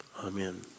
Amen